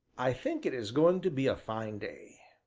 i think it is going to be a fine day.